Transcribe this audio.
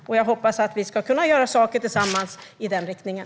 Jag hoppas att vi ska kunna göra saker tillsammans i den riktningen.